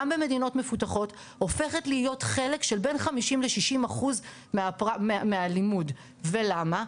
גם במדינות מפותחות הופכת להיות חלק של בין 50 ל-60 אחוז מהלימוד ולמה?